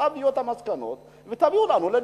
תביאו את המסקנות ותביאו לנו לדיון.